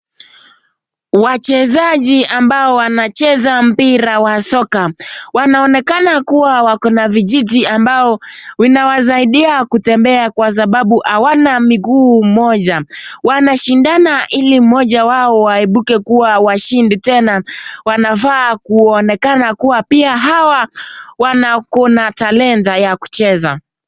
Wachezaji wanaocheza mpira ya soka wanonekana kuwa wakona vijiti ambao inawasaidia kutembea kwa sababu hawana miguu moja wanashindana hili moja wao waebuke kuwa washindi tena wanafaa kuonekana pia hawa wana talenta ya kucheza.